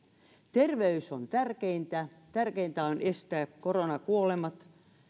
terveys on tärkeintä tärkeintä on estää koronakuolemat